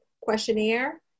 questionnaire